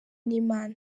n’imana